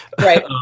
Right